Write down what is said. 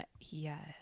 Yes